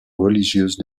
religieuse